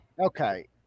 okay